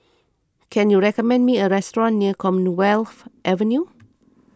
can you recommend me a restaurant near Commonwealth Avenue